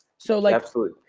so, like absolutely.